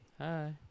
Hi